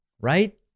right